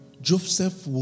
Joseph